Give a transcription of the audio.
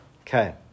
Okay